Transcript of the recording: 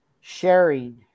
sharing